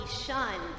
shunned